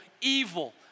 evil